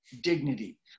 dignity